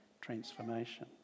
transformation